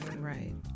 Right